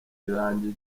irangiye